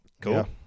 Cool